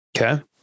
Okay